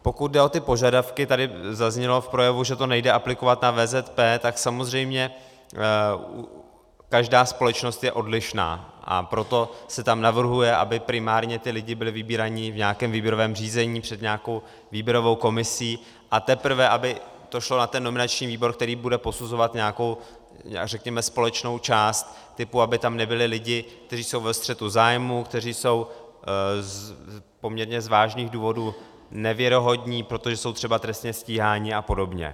Pokud jde o ty požadavky, tady zaznělo v projevu, že to nejde aplikovat na VZP, tak samozřejmě každá společnost je odlišná, a proto se tam navrhuje, aby ti lidé byli primárně vybíráni v nějakém výběrovém řízení přes nějakou výběrovou komisi, a teprve aby to šlo na ten nominační výbor, který bude posuzovat nějakou, řekněme, společnou část typu, aby tam nebyli lidi, kteří jsou ve střetu zájmu, kteří jsou poměrně z vážných důvodů nevěrohodní, protože jsou třeba trestně stíhaní a podobně.